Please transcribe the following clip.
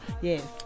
Yes